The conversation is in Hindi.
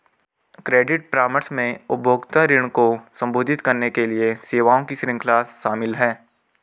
क्रेडिट परामर्श में उपभोक्ता ऋण को संबोधित करने के लिए सेवाओं की श्रृंखला शामिल है